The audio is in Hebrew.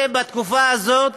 זה בתקופה הזאת,